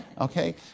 Okay